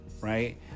right